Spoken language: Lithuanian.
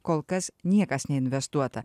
kol kas niekas neinvestuota